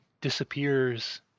disappears